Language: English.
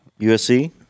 USC